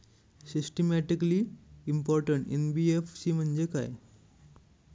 Systematically important NBFC म्हणजे काय?